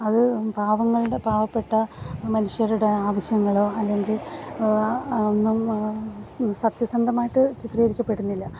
അത് പാവങ്ങളുടെ പാവപ്പെട്ട മനുഷ്യരുടെ ആവശ്യങ്ങളോ അല്ലെങ്കില് ഒന്നും സത്യസന്ധമായിട്ട് ചിത്രീകരിക്കപ്പെടുന്നില്ല